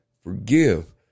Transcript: forgive